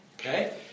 Okay